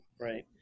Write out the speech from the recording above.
right